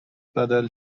بدل